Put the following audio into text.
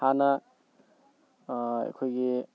ꯍꯥꯟꯅ ꯑꯩꯈꯣꯏꯒꯤ